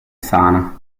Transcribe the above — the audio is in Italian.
sana